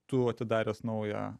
tu atidaręs naują